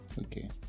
Okay